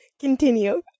Continue